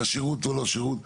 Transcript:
ושירות או לא שירות.